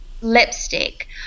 lipstick